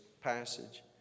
passage